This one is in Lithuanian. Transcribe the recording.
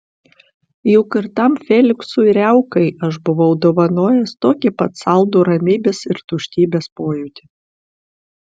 juk ir tam feliksui riaukai aš buvau dovanojęs tokį pat saldų ramybės ir tuštybės pojūtį